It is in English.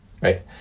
right